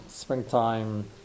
springtime